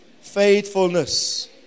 Faithfulness